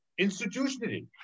institutionally